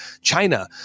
China